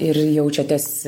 ir jaučiatės